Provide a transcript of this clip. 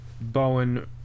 Bowen